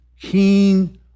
keen